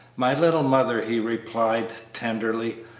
my little mother, he replied, tenderly,